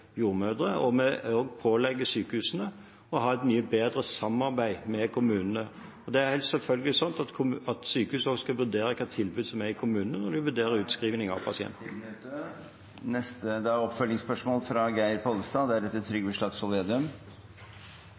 jordmødre, og vi pålegger også sykehusene å ha et mye bedre samarbeid med kommunene. Sykehusene skal selvfølgelig også vurdere hvilke tilbud som er i kommunene når de vurderer utskriving av pasientene. Geir Pollestad – til oppfølgingsspørsmål.